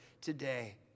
today